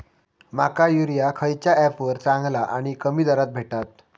माका युरिया खयच्या ऍपवर चांगला आणि कमी दरात भेटात?